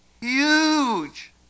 huge